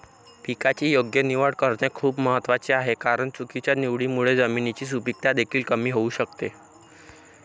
पिकाची योग्य निवड करणे खूप महत्वाचे आहे कारण चुकीच्या निवडीमुळे जमिनीची सुपीकता देखील कमी होऊ शकते